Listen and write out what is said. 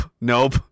nope